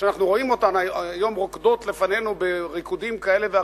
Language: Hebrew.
שאנחנו רואים אותן היום רוקדות לפנינו בריקודים כאלה ואחרים,